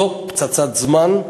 זאת פצצת זמן,